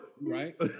right